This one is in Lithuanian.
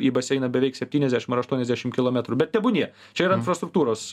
į baseiną beveik septyniasdešim ar aštuoniasdešim kilometrų bet tebūnie čia yra infrastruktūros